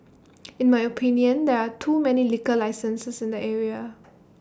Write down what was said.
in my opinion there are too many liquor licenses in the area